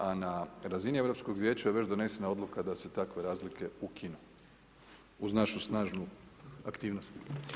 A na razini Europskog vijeća je već donesena odluka da se takve razlike ukinu, uz našu snažnu aktivnost.